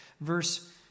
verse